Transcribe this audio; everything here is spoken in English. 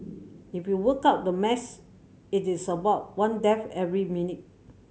if you work out the maths it is about one death every minute